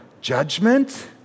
judgment